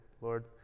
Lord